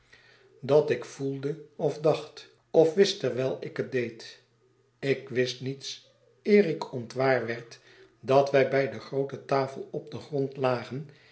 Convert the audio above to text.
dat ik voelde of dacht of wist terwiji ik het deed ik wist niets eer ik ontwaar werd dat wij bij de groote tafel op den grond lagen